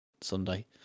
Sunday